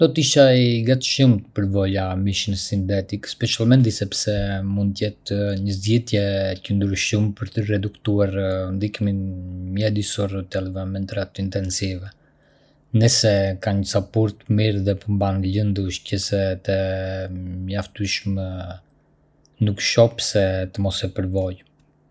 Mendoj se të quash pije si qumështi i tërshërës ose i sojës "qumësht" vete mirë, pasi ato janë alternativa të zakonshme ndaj qumështit shtazor dhe përdoren në mënyra të ngjashme, si për gatim ose me drithëra. Termi "qumësht" është bërë tashmë pjesë e gjuhës së përditshme për të përshkruar këto pije.